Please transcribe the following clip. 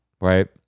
right